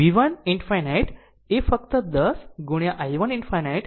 V 1 ∞ એ ફક્ત 10 ગુણ્યા i 1 ∞ 28